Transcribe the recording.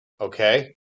Okay